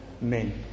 men